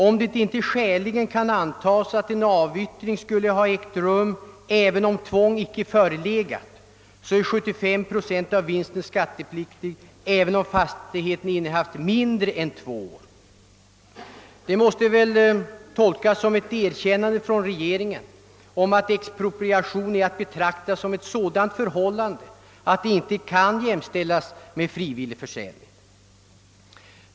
Om det inte skäligen kan antas att en avyttring skulle ha ägt rum, därest tvång icke förelegat, är 75 procent av vinsten skattepliktig även om fastigheten innehafts mindre än två år. Detta måste väl tolkas som ett erkännande från regeringens sida att expropriation inte kan jämställas med frivillig försäljning.